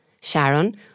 Sharon